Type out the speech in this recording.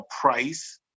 price